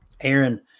Aaron